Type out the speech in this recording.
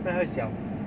这哪里小